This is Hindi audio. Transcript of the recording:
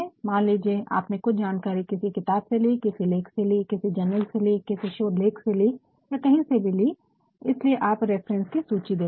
मान लीजिये आपने कुछ जानकारी किसी किताब से ली है किसी लेख से ली है किसी जर्नल से ली है किसी शोधलेख से ली है या कही से भी इसलिए आप रिफरेन्स की सूची देते है